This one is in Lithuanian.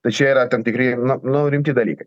tai čia yra tam tikri nu nu rimti dalykai